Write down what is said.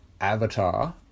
Avatar